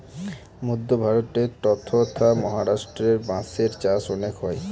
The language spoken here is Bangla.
মধ্য ভারতে ট্বতথা মহারাষ্ট্রেতে বাঁশের চাষ অনেক হয়